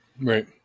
Right